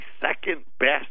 second-best